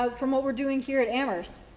ah from what we're doing here at amherst.